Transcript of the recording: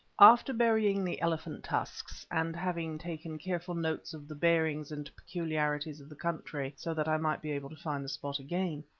after burying the elephant tusks, and having taken careful notes of the bearings and peculiarities of the country so that i might be able to find the spot again,